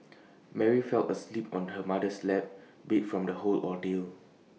Mary fell asleep on her mother's lap beat from the whole ordeal